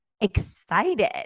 excited